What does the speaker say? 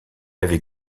avait